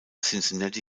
cincinnati